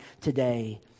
today